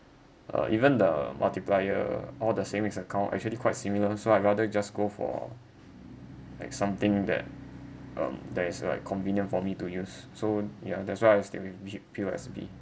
uh even the multiplier or the savings account actually quite similar so I'd rather just go for like something that um that is like convenient for me to use so ya that's why I still with P P_O_S_B